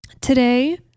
today